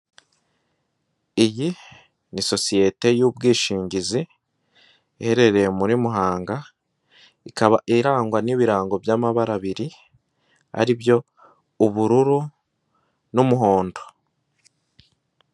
Iyi ni sosiyete y'ubwishingizi iherereye muri Muhanga, ikaba irangwa n'ibirango by'amabara abiri ari byo ubururu n'umuhondo.